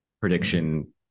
prediction